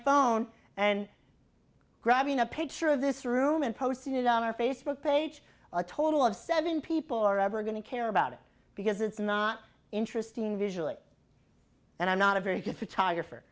phone and grabbing a picture of this room and posted it on our facebook page a total of seven people are ever going to care about it because it's not interesting visually and i'm not a very good photographer